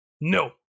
no